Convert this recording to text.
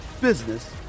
business